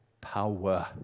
power